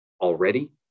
already